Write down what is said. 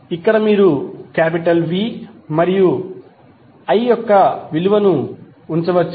ఇక్కడ మీరు V మరియు I యొక్క విలువను ఉంచవచ్చు